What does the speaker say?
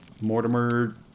Mortimer